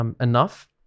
enough